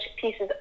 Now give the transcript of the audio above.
pieces